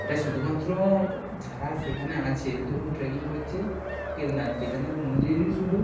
এটা শুধুমাত্র যারা সেখানে আছে ধরুন ট্রেকিং করছে কেদারনাথ কেদারনাথ মন্দিরেরই শুধু